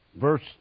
verse